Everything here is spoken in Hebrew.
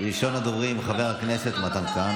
ראשון הדוברים, חבר הכנסת מתן כהנא.